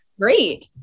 great